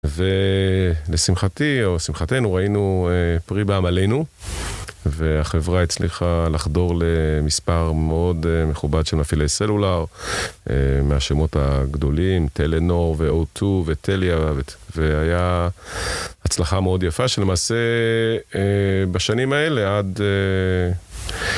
ולשמחתי, או שמחתנו, ראינו פרי בעמלנו והחברה הצליחה לחדור למספר מאוד מכובד של מפעילי סלולר מהשמות הגדולים טלנור ואו-2 וטליה והיה הצלחה מאוד יפה שלמעשה בשנים האלה עד